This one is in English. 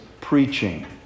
preaching